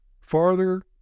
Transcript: farther